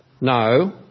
No